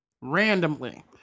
randomly